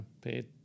pay